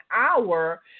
hour